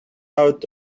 out